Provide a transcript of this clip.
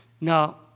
Now